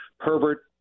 Herbert